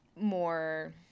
more